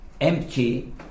empty